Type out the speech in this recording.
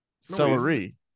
Celery